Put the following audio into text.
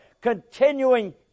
Continuing